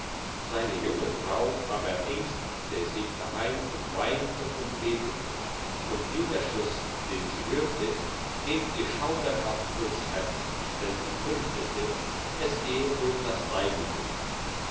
seine junge frau aber ängstete sich daheim und weinte und betete und jeder schuss den sie hörte ging ihr schauerhaft durchs herz denn sie fürchtete er gehe durch das seinige